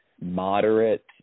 moderate